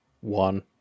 One